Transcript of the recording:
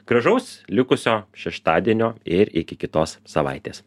gražaus likusio šeštadienio ir iki kitos savaitės